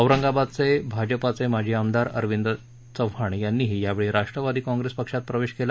औरंगाबादचे भाजपाचे माजी आमदार अरविंद चौहान यांनीही यावेळी राष्ट्रवादी काँग्रेस पक्षात प्रवेश केला